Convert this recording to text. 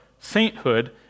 sainthood